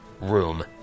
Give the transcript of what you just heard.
room